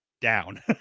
down